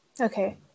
okay